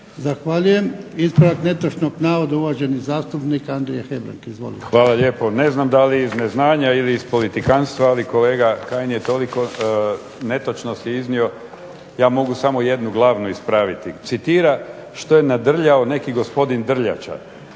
Zahvaljujem. Ispravak netočnog navoda, uvaženi zastupnik Andrija Hebrang, izvolite. **Hebrang, Andrija (HDZ)** Hvala lijepo. Ne znam da li neznanja ili iz politikantstva, ali kolega Kajin je toliko netočnosti iznio, ja mogu samo jednu glavnu ispraviti. Citira što je nadrljao neki gospodin Drljača,